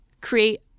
create